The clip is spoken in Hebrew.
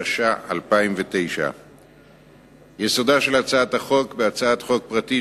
התש"ע 2009. יסודה של הצעת החוק בהצעת חוק פרטית